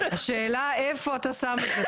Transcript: השאלה איפה אתה שם את זה?